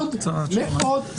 תנועת החרם גדלה והולכת.